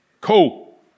Cool